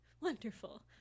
wonderful